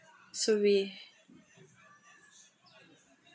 should we